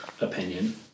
opinion